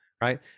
right